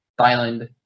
Thailand